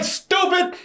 stupid